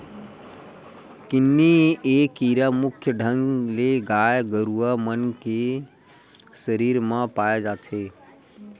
किन्नी ए कीरा मुख्य ढंग ले गाय गरुवा मन के सरीर म पाय जाथे